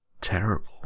terrible